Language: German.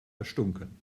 erstunken